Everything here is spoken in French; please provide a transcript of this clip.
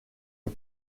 les